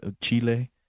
chile